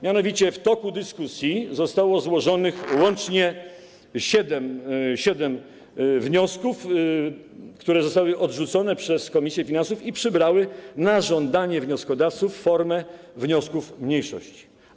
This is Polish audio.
Mianowicie w toku dyskusji zostało złożonych łącznie siedem wniosków, które zostały odrzucone przez komisję finansów i przybrały na żądanie wnioskodawców formę wniosków mniejszości.